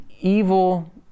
evil